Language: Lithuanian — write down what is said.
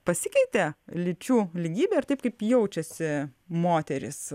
pasikeitė lyčių lygybė ir taip kaip jaučiasi moterys